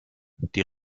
die